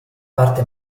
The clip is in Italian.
parte